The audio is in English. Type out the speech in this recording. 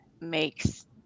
makes